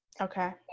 Okay